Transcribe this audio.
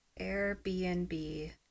Airbnb